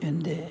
എൻ്റെ